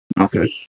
Okay